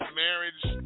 marriage